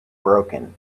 broken